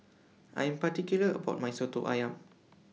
I Am particular about My Soto Ayam